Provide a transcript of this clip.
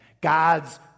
God's